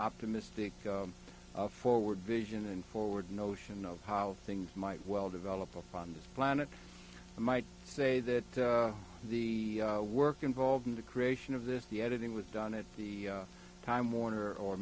optimistic forward vision and forward notion of how things might well develop upon this planet i might say that the work involved in the creation of this the editing was done at the time warner or